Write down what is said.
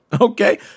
okay